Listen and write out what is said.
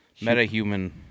Meta-Human